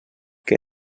que